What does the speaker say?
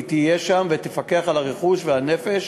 תהיה שם ותפקח על הרכוש והנפש,